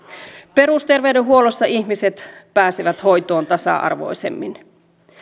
perusterveydenhuollossa ihmiset pääsevät hoitoon tasa arvoisemmin